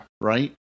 right